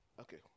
Okay